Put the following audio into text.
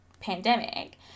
pandemic